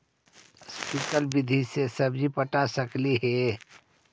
Sprinkle विधि से सब्जी पटा सकली हे?